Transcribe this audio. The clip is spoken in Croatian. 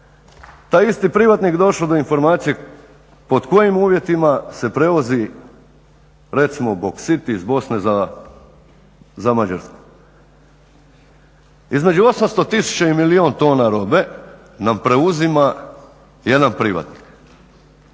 taj isti privatnik došao do informacije pod kojim uvjetima se prevozi recimo boksit iz Bosne za Mađarsku. Između 800 tisuća i milijun tona robe nam preuzima jedan privatnik.